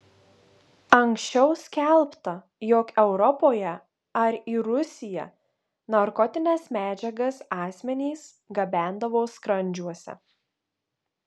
anksčiau skelbta jog europoje ar į rusiją narkotines medžiagas asmenys gabendavo skrandžiuose